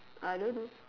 I don't know